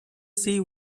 see